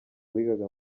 wigaga